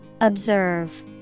Observe